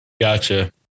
Gotcha